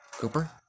Cooper